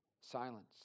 Silence